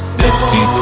city